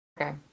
okay